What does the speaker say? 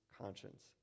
conscience